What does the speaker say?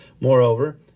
Moreover